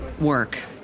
work